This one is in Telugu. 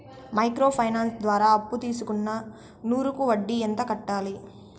మైక్రో ఫైనాన్స్ ద్వారా అప్పును తీసుకున్న నూరు కి వడ్డీ ఎంత కట్టాలి?